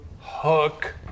hook